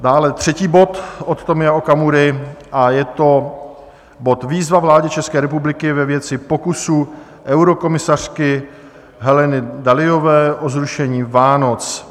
Dále třetí bod od Tomia Okamury a je to bod Výzva vládě České republiky ve věci pokusu eurokomisařky Heleny Dalliové o zrušení Vánoc.